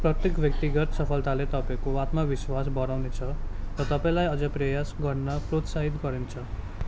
प्रत्येक व्यक्तिगत सफलताले तपाईँँको आत्मविश्वास बढाउनेछ र तपाईँँलाई अझ प्रयास गर्न प्रोत्साहित गर्नेछ